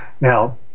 Now